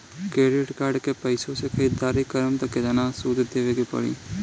Credit card के पैसा से ख़रीदारी करम त केतना सूद देवे के पड़ी?